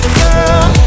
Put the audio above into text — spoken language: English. girl